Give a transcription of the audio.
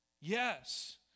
Yes